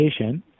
patient